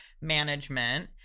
Management